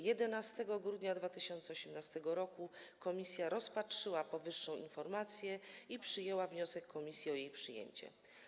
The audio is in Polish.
11 grudnia 2018 r. komisja rozpatrzyła powyższą informację i przyjęła wniosek komisji o jej przyjęcie.